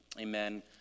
Amen